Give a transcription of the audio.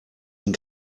den